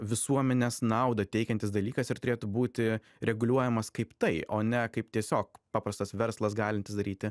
visuomenės naudą teikiantis dalykas ir turėtų būti reguliuojamas kaip tai o ne kaip tiesiog paprastas verslas galintis daryti